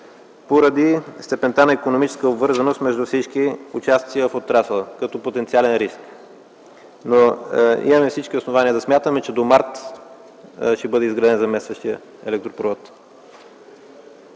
поради степента на икономическа обвързаност между всички участници в отрасъла като потенциален риск. Имаме всички основания да смятаме, че до м. март ще бъде изграден заместващият електропровод.